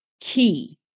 key